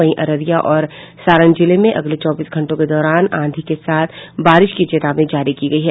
वहीं अररिया और सारण जिले में अगले चौबीस घंटों के दौरान आंधी के साथ बारिश की चेतावनी जारी की गयी है